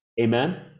amen